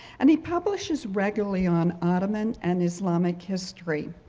and he publishes regularly on ottoman and islamic history.